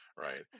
right